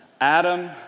Adam